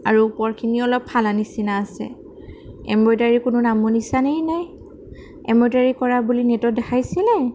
আৰু ওপৰখিনিও অলপ ফালা নিচিনা আছে এমব্ৰডায়েৰীৰ কোনো নামো নিচানেই নাই এমব্ৰইডাৰী কৰা বুলি নেটত দেখাইছিলে